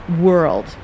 world